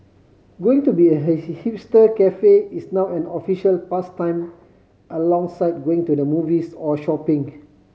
going to be a hipster cafe is now an official pastime alongside going to the movies or shopping